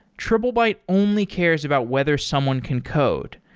triplebyte only cares about whether someone can code.